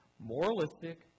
Moralistic